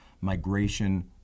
Migration